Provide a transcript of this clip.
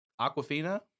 Aquafina